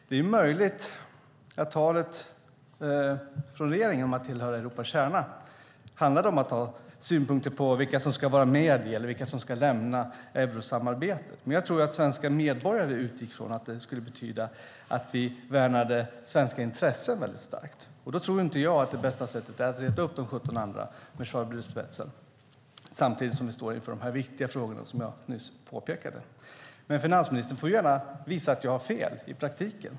Det är möjligt att talet från regeringen om att tillhöra Europas kärna handlade om att ha synpunkter på vilka som ska vara med eller vilka som ska lämna eurosamarbetet, men jag tror att svenska medborgare utgick från att det betydde att vi skulle värna svenska intressen väldigt starkt. Då tror inte jag att det bästa sättet är att reta de 17 andra, med Schäuble i spetsen, samtidigt som vi står inför de viktiga frågor som jag nyss pekade ut. Finansministern får gärna visa att jag har fel i praktiken.